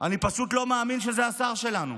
אני פשוט לא מאמין שזה השר שלנו,